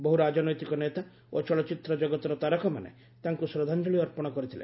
ବହୁ ରାଜନୈତିକ ନେତା ଓ ଚଳଚ୍ଚିତ୍ର ଜଗତର ତାରକାମାନେ ତାଙ୍କୁ ଶ୍ରଦ୍ଧାଞ୍ଜଳି ଅର୍ପଣ କରିଥିଲେ